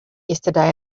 yesterday